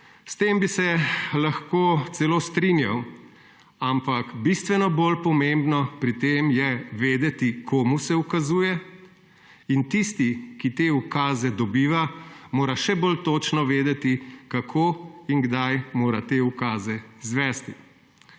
S tem bi se lahko celo strinjal, ampak bistveno bolj pomembno pri tem je vedeti, komu se ukazuje, in tisti, ki te ukaze dobiva, mora še bolj točno vedeti, kako in kdaj mora te ukaze izvesti.